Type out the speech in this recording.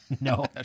No